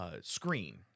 screen